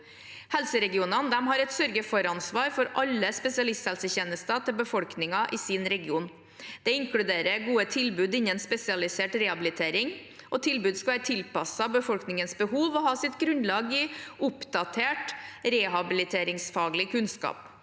Helseregionene har et sørge-for-ansvar for alle spesialisthelsetjenester til befolkningen i sin region. Det inkluderer gode tilbud innen spesialisert rehabilitering, og tilbudet skal være tilpasset befolkningens behov og ha sitt grunnlag i oppdatert rehabiliteringsfaglig kunnskap.